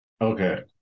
okay